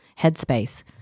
headspace